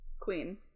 Queen